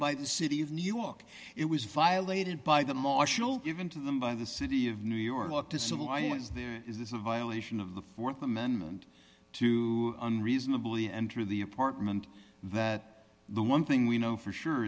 by the city of new york it was violated by the marshal given to them by the city of new york to civil i is there is this a violation of the th amendment to unreasonably enter the apartment that the one thing we know for sure